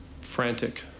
Frantic